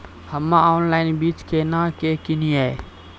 हम्मे ऑनलाइन बीज केना के किनयैय?